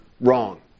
wrong